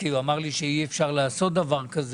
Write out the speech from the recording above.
לי שאי-אפשר לעשות דבר כזה.